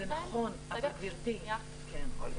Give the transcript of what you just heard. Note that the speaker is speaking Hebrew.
לכן --- זה כלי אזרחי.